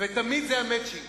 ותמיד זה היה "מצ'ינג".